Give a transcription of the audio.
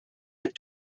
had